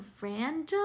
random